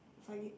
five gig